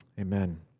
Amen